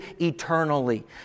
eternally